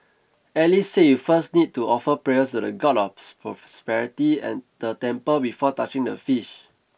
Alice said you first need to offer prayers to the God of Prosperity at the temple before touching the fish